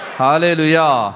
hallelujah